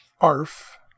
ARF